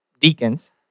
Deacons